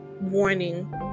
warning